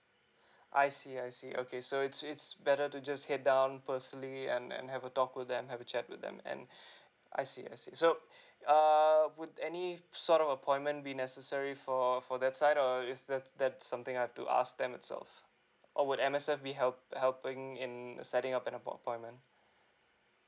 I see I see okay so it's it's better to just get down personally and and have a talk with them have a chat with them and I see I see so err would any sort of appointment be necessary for for that side or is that that's something I have to ask them itself or would M_S_F be help helping in setting up an appoint appointment